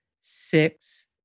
Six